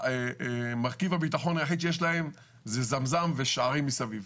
מרכיב הביטחון היחיד שיש להם זה זמזם ושערים מסביב.